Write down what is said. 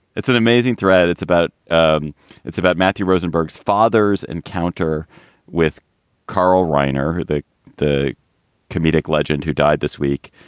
it's an amazing thread. it's about. um it's about matthew rosenberg's father's encounter with carl reiner, who the the comedic legend who died this week,